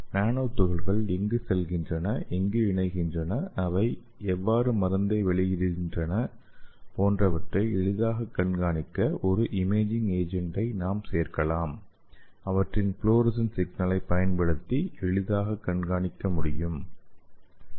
நானோ துகள்கள் எங்கு செல்கின்றன எங்கு இணைகின்றன அவை எவ்வாறு மருந்தை வெளியிடுகின்றன போன்றவற்றை எளிதாக கண்காணிக்க ஒரு இமேஜிங் ஏஜென்டை நாம் சேர்க்கலாம் அவற்றின் ஃப்ளோரசன் சிக்னலைப் பயன்படுத்தி எளிதாக கண்காணிக்க முடியும்